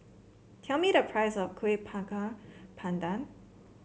tell me the price of kueh pandan